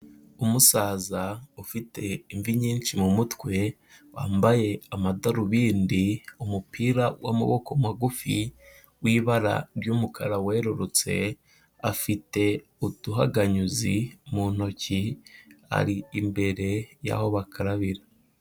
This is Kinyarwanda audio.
Umusaza ufite imvi nyinshi mu mutwe, wambaye amadarubindi, umupira w'amaboko magufi w'ibara ry'umukara werurutse, afite uduhaganyuzi mu ntoki, ari imbere y'aho bakarabira.